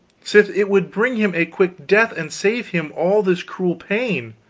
sith it would bring him a quick death and save him all this cruel pain.